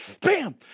Bam